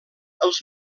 els